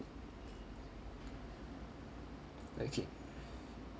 okay